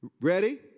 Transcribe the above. Ready